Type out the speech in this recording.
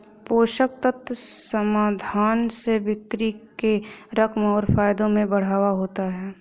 पोषक तत्व समाधान से बिक्री के रकम और फायदों में बढ़ावा होता है